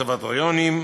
לקונסרבטוריונים.